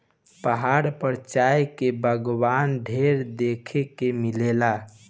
पहाड़ पर चाय के बगावान ढेर देखे के मिलेला